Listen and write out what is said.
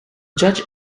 judge